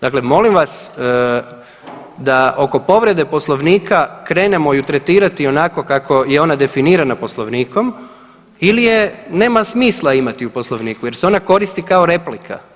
Dakle, molim vas da oko povrede Poslovnika krenemo ju tretirati onako kako je ona definirana Poslovnik ili je nema smisla imati u Poslovniku jer se ona koristi kao replika.